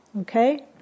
okay